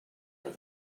are